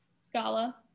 Scala